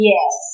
Yes